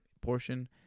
portion